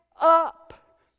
up